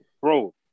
bro